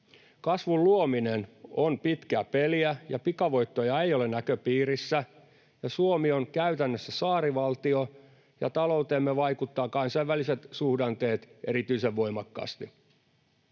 Kasvun luominen on pitkää peliä, ja pikavoittoja ei ole näköpiirissä. Suomi on käytännössä saarivaltio, ja talouteemme vaikuttavat kansainväliset suhdanteet erityisen voimakkaasti.